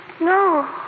No